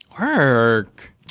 work